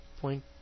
Point